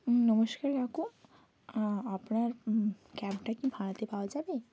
নমস্কার কাকু আপনার ক্যাবটা কি ভাড়াতে পাওয়া যাবে